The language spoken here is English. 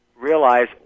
realize